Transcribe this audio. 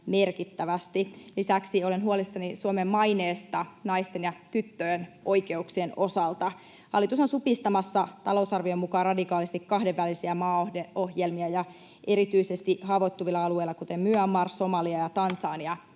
merkittävästi. Lisäksi olen huolissani Suomen maineesta naisten ja tyttöjen oikeuksien osalta. Hallitus on supistamassa talousarvion mukaan radikaalisti kahdenvälisiä maaohjelmia, ja erityisesti haavoittuvilla alueilla, kuten Myanmar, Somalia ja Tansania,